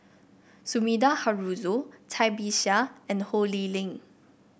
Sumida Haruzo Cai Bixia and Ho Lee Ling